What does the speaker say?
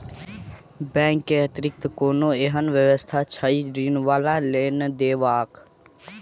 Bank केँ अतिरिक्त कोनो एहन व्यवस्था छैक ऋण वा लोनदेवाक?